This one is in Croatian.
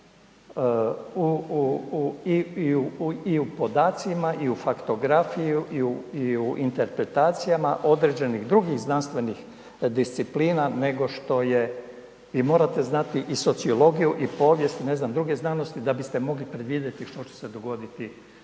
i u podacima i u faktografiju i u, i u interpretacijama određenih drugih znanstvenih disciplina nego što je, vi morate znati i sociologiju i povijest, ne znam, druge znanosti da biste mogli predvidjeti što će se dogoditi